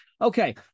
Okay